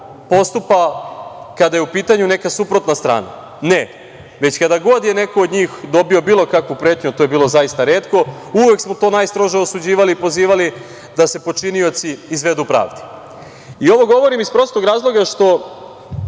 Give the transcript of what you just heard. postupa kada je u pitanju neka suprotna strana. Kad god je neko od njih dobio bilo kakvu pretnju, a to je bilo zaista retko, uvek smo to najstrože osuđivali i pozivali da se počinioci izvedu pravdi. Ovo govorim iz prostog razloga što